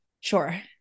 sure